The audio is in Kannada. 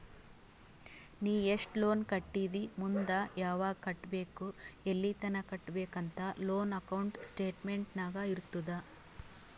ನೀ ಎಸ್ಟ್ ಲೋನ್ ಕಟ್ಟಿದಿ ಮುಂದ್ ಯಾವಗ್ ಕಟ್ಟಬೇಕ್ ಎಲ್ಲಿತನ ಕಟ್ಟಬೇಕ ಅಂತ್ ಲೋನ್ ಅಕೌಂಟ್ ಸ್ಟೇಟ್ಮೆಂಟ್ ನಾಗ್ ಇರ್ತುದ್